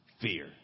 Fear